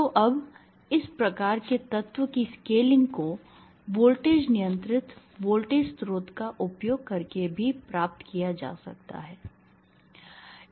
तो अब इस प्रकार के तत्व की स्केलिंग को वोल्टेज नियंत्रित वोल्टेज स्रोत का उपयोग करके भी प्राप्त किया जा सकता है